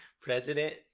president